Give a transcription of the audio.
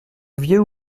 vieux